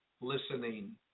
listening